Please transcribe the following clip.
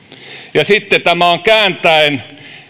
ja sitten tämä on kääntäen